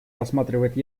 рассматривает